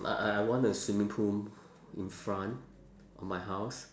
I I I want a swimming pool in front of my house